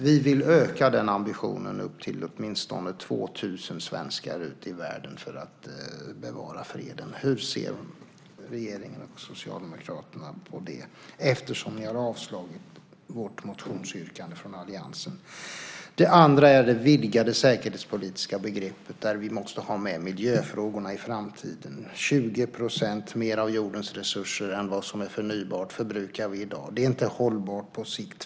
Vi vill höja ambitionen och öka det till åtminstone 2 000 svenskar ute i världen för att bevara freden. Hur ser regeringen och Socialdemokraterna på det? Ni har ju avstyrkt vårt motionsyrkande från alliansen. Den andra punkten gäller det vidgade säkerhetspolitiska begreppet. Vi måste ha med miljöfrågorna i framtiden. 20 % mer av jordens resurser än vad som är förnybart förbrukar vi i dag. Det är inte hållbart på sikt.